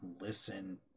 listen